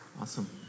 Awesome